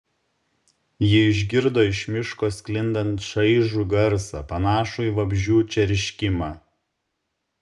ji išgirdo iš miško sklindant šaižų garsą panašų į vabzdžių čerškimą